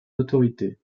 autorité